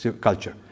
culture